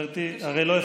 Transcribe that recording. חברתי, הרי לא הפרעתי.